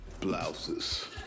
blouses